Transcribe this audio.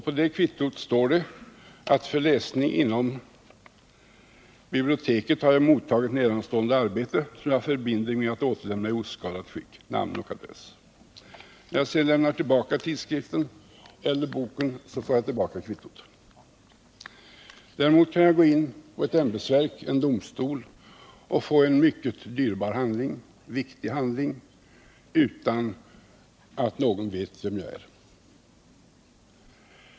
På det kvittot står: ”För läsning inom biblioteket har jag mottagit nedanstående arbete, som jag förbinder mig att återlämna i oskadat skick.” Namn och adress skall anges. När jag sedan lämnar tillbaka tidskriften eller boken, får jag tillbaka kvittot. Däremot kan jag gå in på ett ämbetsverk eller en domstol och få en mycket viktig handling utan att någon vet vem jag är.